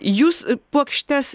jūs puokštes